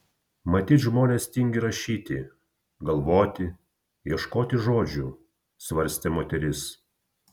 matyt žmonės tingi rašyti galvoti ieškoti žodžių svarstė moteris